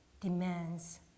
demands